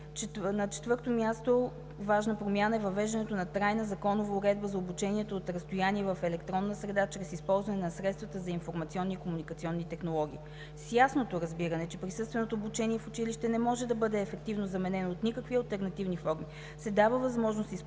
На четвърто място, важна промяна е въвеждането на трайна законова уредба за обучението от разстояние в електронна среда чрез използване на средствата за информационни и комуникационни технологии. С ясното разбиране, че присъственото обучение в училище не може да бъде ефективно заменено от никакви алтернативни форми,